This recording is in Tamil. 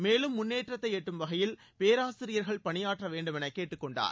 மேலும் முன்னேற்றத்தை எட்டும் வகையில் பேராசிரியர்கள் பணியாற்ற வேண்டும் என்று கேட்டுக்கொண்டார்